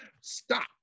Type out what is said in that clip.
stop